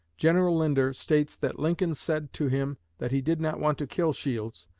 general linder states that lincoln said to him that he did not want to kill shields,